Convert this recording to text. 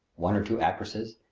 one or two actresses,